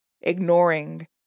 ignoring